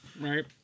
Right